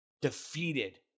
defeated